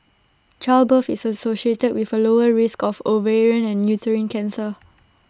childbirth is associated with A lower risk of ovarian and uterine cancer